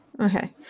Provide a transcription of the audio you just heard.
Okay